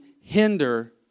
hinder